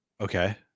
Okay